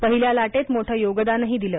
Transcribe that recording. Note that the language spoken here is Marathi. पहिल्या लाटेत मोठं योगदानही दिलं